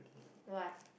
what